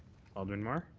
alderman mar?